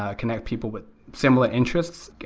ah connect people with similar interests.